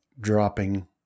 dropping